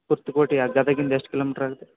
ಕುರ್ತಕೋಟಿ ಗದಗ್ ಇಂದ ಎಷ್ಟು ಕಿಲೋಮೀಟರ್ ಆಗುತ್ತೆ